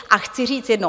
A chci říct jedno.